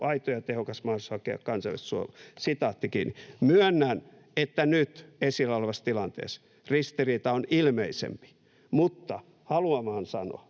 aito ja tehokas mahdollisuus hakea kansainvälistä suojelua.” Myönnän, että nyt esillä olevassa tilanteessa ristiriita on ilmeisempi, mutta haluan vain sanoa,